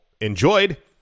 enjoyed